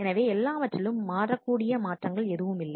எனவே எல்லாவற்றிலும் மாறக்கூடிய மாற்றங்கள் எதுவும் இல்லை